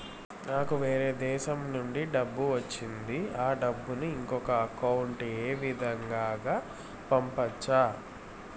నాకు వేరే దేశము నుంచి డబ్బు వచ్చింది ఆ డబ్బును ఇంకొక అకౌంట్ ఏ విధంగా గ పంపొచ్చా?